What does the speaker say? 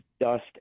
dust